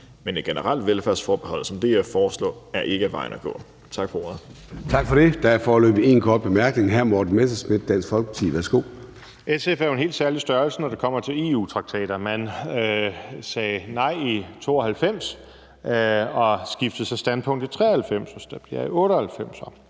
men et generelt velfærdsforbehold, som DF foreslår, er ikke vejen at gå. Tak for ordet.